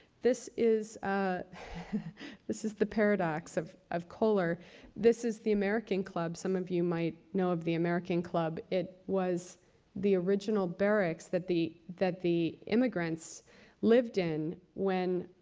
this is ah this is the paradox of of kohler this is the american club. some of you might know of the american club. it was the original barracks that the that the immigrants lived in when